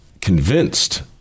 convinced